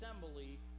assembly